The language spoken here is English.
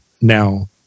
now